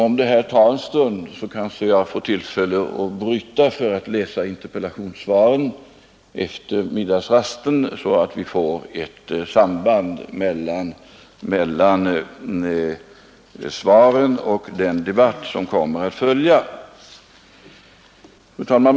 Om detta tar en stund kanske jag får tillfälle att bryta för att läsa interpellationssvaren efter middagspausen, så att vi får ett samband mellan svaren och den debatt som kommer att följa. Fru talman!